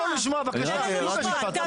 אנחנו נרגשים היום להגיע להצבעות בנושא של